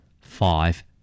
Five